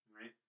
right